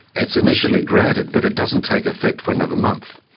it's initially granted but it doesn't take effect for another month.